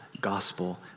gospel